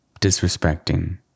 disrespecting